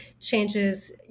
changes